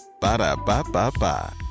Ba-da-ba-ba-ba